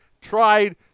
tried